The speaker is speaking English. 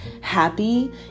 happy